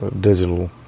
digital